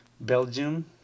Belgium